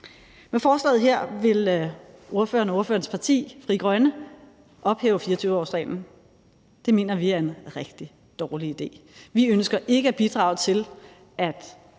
for forslagsstillerne og ordførerens parti, Frie Grønne, ophæve 24-årsreglen. Det mener vi er en rigtig dårlig idé. Vi ønsker ikke at bidrage til, at